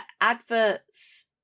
adverts